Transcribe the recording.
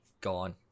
gone